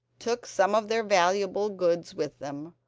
took some of their valuable goods with them,